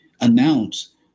announce